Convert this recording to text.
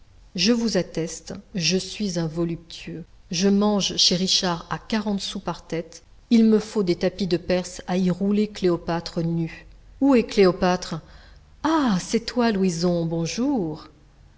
je vous atteste je suis un voluptueux je mange chez richard à quarante sous par tête il me faut des tapis de perse à y rouler cléopâtre nue où est cléopâtre ah c'est toi louison bonjour